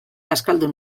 bazkaldu